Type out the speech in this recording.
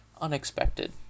unexpected